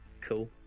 cool